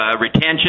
retention